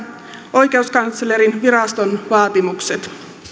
oikeuskanslerinviraston vaatimukset